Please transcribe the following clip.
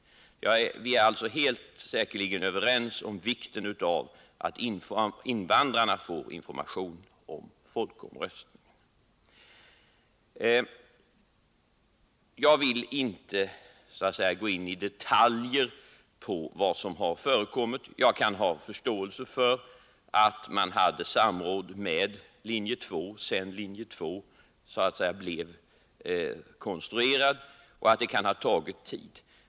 Jag vill inte gå in i detalj på vad som har förekommit — jag kan ha förståelse för att man hade samråd med linje 2, sedan linje 2 hade blivit så att säga konstruerad.